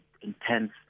intense